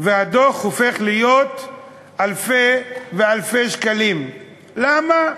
והדוח הופך להיות אלפי ואלפי שקלים, למה?